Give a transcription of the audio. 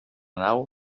nau